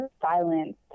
silence